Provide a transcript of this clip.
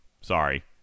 Sorry